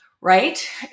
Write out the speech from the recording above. right